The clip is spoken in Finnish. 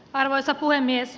arvoisa puhemies